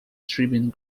tribune